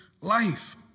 life